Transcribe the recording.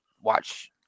watch